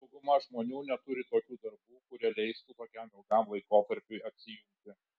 dauguma žmonių neturi tokių darbų kurie leistų tokiam ilgam laikotarpiui atsijungti